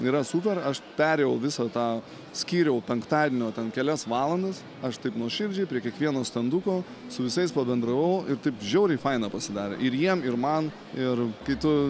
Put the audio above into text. yra super aš perėjau visą tą skyriau penktadienio ten kelias valandas aš taip nuoširdžiai prie kiekvieno stenduko su visais pabendravau ir taip žiauriai faina pasidaro ir jiems ir man ir kai tu